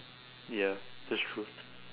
ya that's true